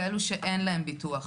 כאלו שאין להם ביטוח,